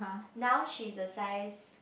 now she's a size